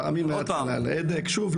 שוב,